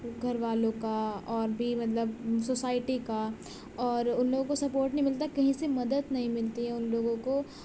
گھر والوں کا اور بھی مطلب سوسائٹی کا اور ان لوگ کو سپورٹ نہیں ملتا کہیں سے مدد نہیں ملتی ہے ان لوگوں کو